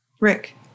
Rick